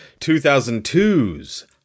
2002's